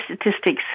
statistics